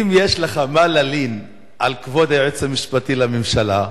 אם יש לך מה להלין על כבוד היועץ המשפטי לממשלה,